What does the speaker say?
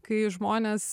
kai žmonės